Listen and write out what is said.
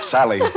Sally